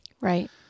Right